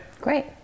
Great